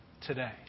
today